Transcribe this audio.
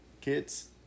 kids